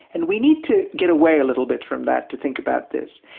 and we need to get away a little bit from that to think about this.